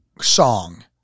song